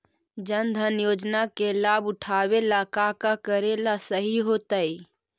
जन धन योजना के लाभ उठावे ला का का करेला सही होतइ?